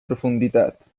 profunditat